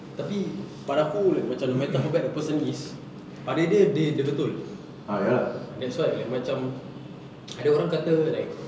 tapi pada aku macam no matter how bad the person pada dia dia dia betul ah ya lah that's why like macam ada orang kata like